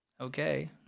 Okay